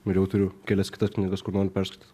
ir jau turiu kelias kitas knygas kur noriu perskaityt